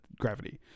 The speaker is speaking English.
gravity